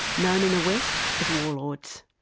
known in the west as warlords.